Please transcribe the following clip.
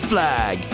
Flag